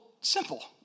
simple